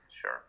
Sure